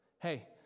Hey